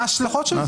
מה ההשלכות של זה?